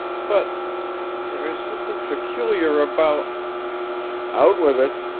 but there is something peculiar about out with it!